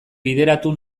bideratu